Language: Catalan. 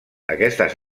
aquestes